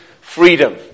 freedom